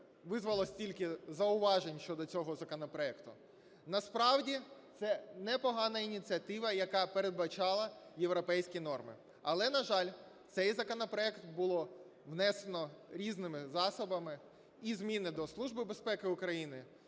визвало стільки зауважень щодо цього законопроекту. Насправді це непогана ініціатива, яка передбачала європейські норми, але, на жаль, цей законопроект було внесено різними засобами і зміни до